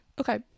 Okay